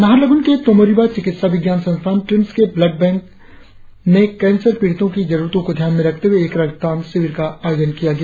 नाहरलगुन के तोमो रिबा चिकित्सा विज्ञान संस्थान ट्रिम्स के ब्लड बैंक ने कैंसर पीड़ितों की जरुरतों को ध्यान में रखते हुए एक रक्तदान शिविर का आयोजन किया गया